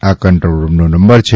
આ કન્ટ્રોલ રૂમનો નંબર છે